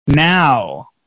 now